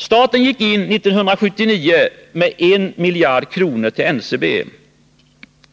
Staten gick 1979 in med 1 000 milj.kr. till NCB.